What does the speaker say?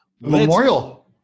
Memorial